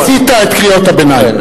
מיצית את קריאות הביניים.